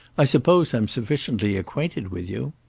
i suppose i'm sufficiently acquainted with you.